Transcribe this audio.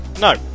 No